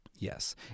Yes